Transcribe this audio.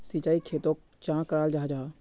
सिंचाई खेतोक चाँ कराल जाहा जाहा?